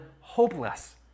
hopeless